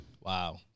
Wow